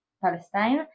palestine